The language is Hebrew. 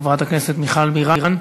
חברת הכנסת מיכל בירן,